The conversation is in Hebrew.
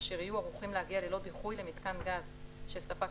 אשר יהיו ערוכים להגיע ללא דיחוי למיתקן גז שספק